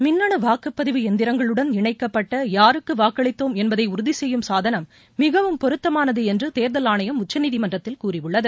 மின்னணுவாக்குப்பதிவு இயந்திரங்களுடன் இணைக்கப்பட்டயாருக்குவாக்களித்தோம் என்பதைஉறுதிசெய்யும் சாதனம் மிகவும் பொருத்தமானதுஎன்றுதேர்தல் ஆணையம் உச்சநீதிமன்றத்தில் கூறியுள்ளது